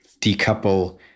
decouple